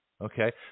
Okay